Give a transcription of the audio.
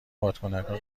بادکنکا